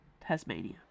Tasmania